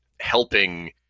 helping